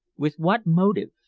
with what motive?